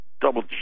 Double